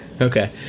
Okay